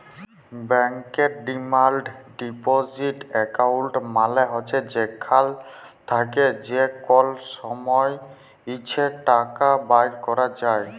ব্যাংকের demand deposit account মালে হছে যেখাল থ্যাকে যে কল সময় ইছে টাকা বাইর ক্যরা যায়